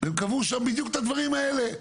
והם קבעו שם בדיוק את הדברים האלה,